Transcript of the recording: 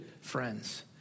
friends